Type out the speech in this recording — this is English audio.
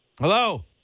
Hello